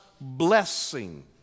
blessing